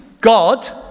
God